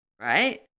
right